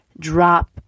Drop